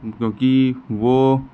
क्योंकि वो